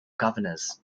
governors